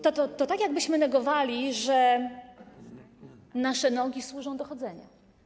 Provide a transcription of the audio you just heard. To tak jakbyśmy negowali fakt, że nasze nogi służą do chodzenia.